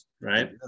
right